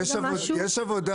יש עבודה